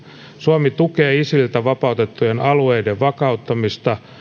suomi tukee isililtä vapautettujen alueiden vakauttamista